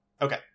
Okay